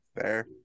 Fair